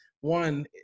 one